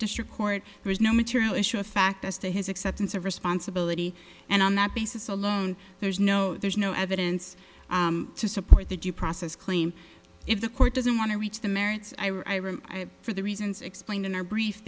district court has no material issue of fact as to his acceptance of responsibility and on that basis alone there's no there's no evidence to support the due process claim if the court doesn't want to reach the merits i wrote for the reasons explained in our brief